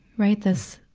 right, this,